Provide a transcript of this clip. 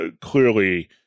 clearly